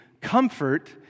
comfort